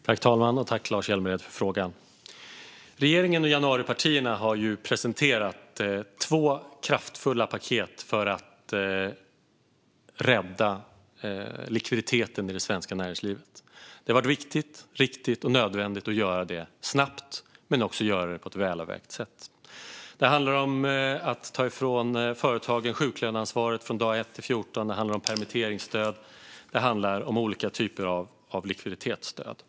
Fru talman! Tack, Lars Hjälmered, för frågan! Regeringen och januaripartierna har ju presenterat två kraftfulla paket för att rädda likviditeten i det svenska näringslivet. Det har varit viktigt, riktigt och nödvändigt att göra det snabbt och på ett välavvägt sätt. Det handlar om att ta ifrån företagen sjuklöneansvaret för dag 1-14. Det handlar om permitteringsstöd. Det handlar om olika typer av likviditetsstöd.